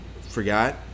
forgot